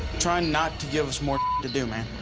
try not to give us more to do, man.